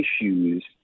issues